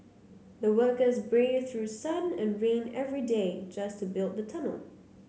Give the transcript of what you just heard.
the workers braved through sun and rain every day just to build the tunnel